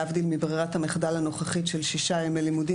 להבדיל מברירת המחדל הנוכחית של שישה ימי לימודים